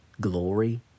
glory